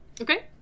Okay